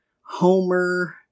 Homer